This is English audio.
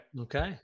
Okay